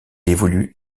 évolue